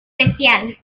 especial